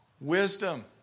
Wisdom